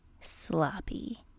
sloppy